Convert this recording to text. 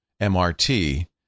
MRT